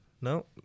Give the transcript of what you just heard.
No